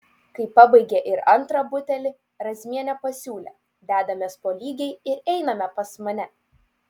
kai pabaigė ir antrą butelį razmienė pasiūlė dedamės po lygiai ir einame pas mane